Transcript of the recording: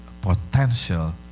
potential